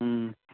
ହୁଁ